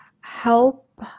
help